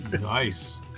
nice